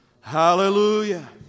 Hallelujah